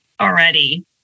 already